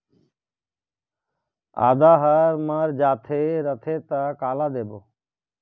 आदा हर मर जाथे रथे त काला देबो?